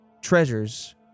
treasures